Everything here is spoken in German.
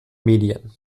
medien